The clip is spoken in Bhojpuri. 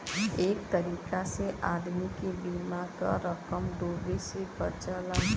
एक तरीका से आदमी के बीमा क रकम डूबे से बचला